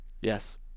Yes